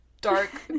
dark